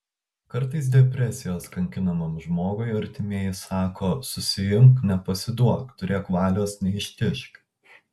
kartais depresijos kankinamam žmogui artimieji sako susiimk nepasiduok turėk valios neištižk